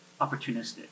opportunistic